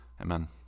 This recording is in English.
Amen